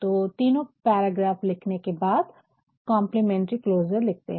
तो तीनो पैराग्राफ लिखने के बाद कम्प्लीमैंटरी क्लोज़र लिखते है